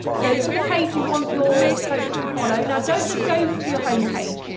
go to the page you want your folks to follow, now don't just go to your homepage,